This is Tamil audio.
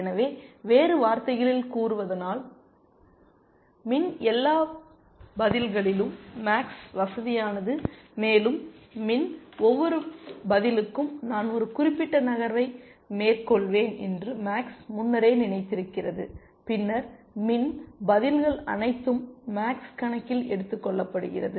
எனவே வேறு வார்த்தைகளில் கூறுவதானால் மின் எல்லா பதில்களிலும் மேக்ஸ் வசதியானது மேலும் மின் ஒவ்வொரு பதிலுக்கும் நான் ஒரு குறிப்பிட்ட நகர்வை மேற்கொள்வேன் என்று மேக்ஸ் முன்னரே நினைத்திருக்கிறது பின்னர் மின் பதில்கள் அனைத்தும் மேக்ஸ் கணக்கில் எடுத்துக் கொள்ளப்படுகிறது